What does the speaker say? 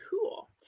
Cool